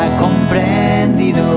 comprendido